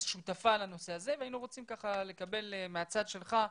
כשותפה לנושא הזה והיינו רוצים לקבל מהצד שלך,